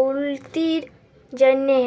উল্লতির জ্যনহে